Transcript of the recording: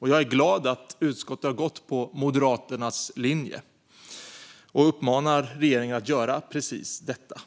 Jag är glad att utskottet har gått på Moderaternas linje och uppmanar regeringen att göra precis detta.